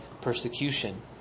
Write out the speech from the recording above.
persecution